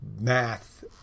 math